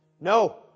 No